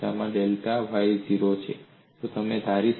તે કિસ્સામાં delta Y 0 ની બરાબર